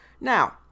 Now